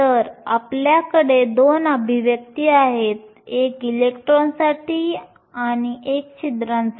तर आपल्याकडे दोन अभिव्यक्ती आहेत एक इलेक्ट्रॉनसाठी आणि एक छिद्रांसाठी